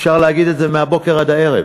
אפשר להגיד את זה מהבוקר עד הערב.